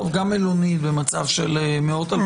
גם מלונית במצב של מאות-אלפים זה לא...